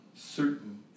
Certain